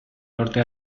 norte